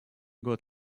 год